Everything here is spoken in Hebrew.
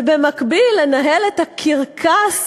ובמקביל לנהל את הקרקס